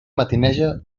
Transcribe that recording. matineja